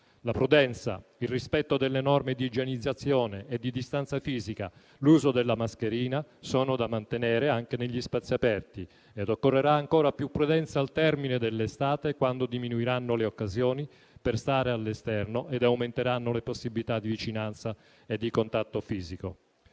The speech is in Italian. La prudenza, il rispetto delle norme di igienizzazione e di distanza fisica, l'uso della mascherina sono da mantenere anche negli spazi aperti ed occorrerà ancora più prudenza al termine dell'estate, quando diminuiranno le occasioni per stare all'esterno ed aumenteranno le possibilità di vicinanza e di contatto fisico.